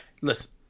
Listen